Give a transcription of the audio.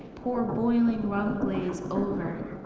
pour boiling rum glaze over.